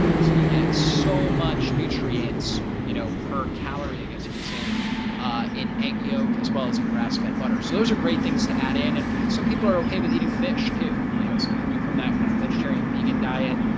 so you get so much nutrients, you know, per calorie, i guess you could say in egg yolk as well as in grass fed butter so those are great things to add in and some people are okay with eating fish too, you know, so coming from that kind of vegetarian vegan diet.